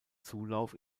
zulauf